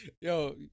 Yo